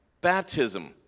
baptism